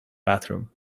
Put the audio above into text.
bathroom